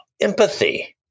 Empathy